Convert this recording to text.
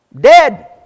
Dead